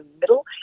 middle